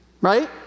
right